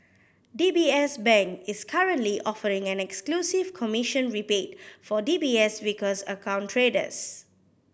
D B S Bank is currently offering an exclusive commission rebate for D B S Vickers account traders